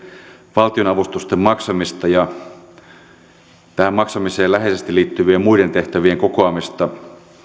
valtionavustusten maksamista ja tähän maksamiseen läheisesti liittyvien muiden tehtävien kokoamista